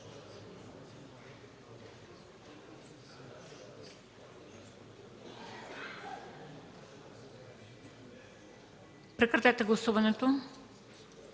Прекратете гласуването.